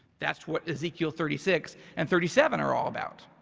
that's what is equal thirty six and thirty seven are all about.